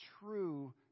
true